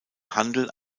handel